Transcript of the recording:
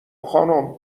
خانم